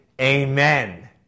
amen